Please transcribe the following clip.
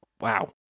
Wow